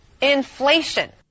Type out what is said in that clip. Inflation